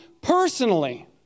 personally